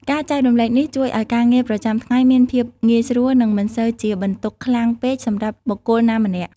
ការចែករំលែកនេះជួយឲ្យការងារប្រចាំថ្ងៃមានភាពងាយស្រួល និងមិនសូវជាបន្ទុកខ្លាំងពេកសម្រាប់បុគ្គលណាម្នាក់។